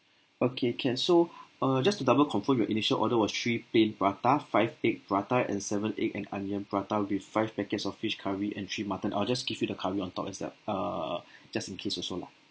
okay can so uh just to double confirm your initial order was three plain prata five egg prata and seven egg and onion prata with five packets of fish curry and three mutton I'll just give you the curry on top is that err just in case also lah